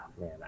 man